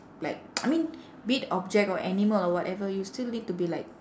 like I mean be it object or animal or whatever you still need to be like